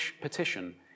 petition